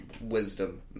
wisdom